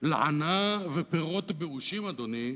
לענה ופירות באושים, אדוני.